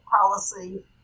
policy